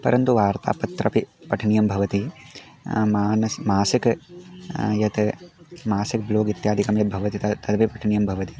परन्तु वर्तापत्रमपि पठनीयं भवति मासिकं मासिकं यत् मासिक्ं ब्लोग् इत्यादिकं यद् भवति तद् तदेव पठनीयं भवति